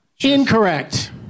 Incorrect